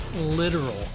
literal